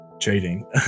trading